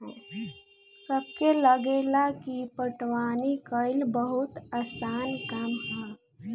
सबके लागेला की पटवनी कइल बहुते आसान काम ह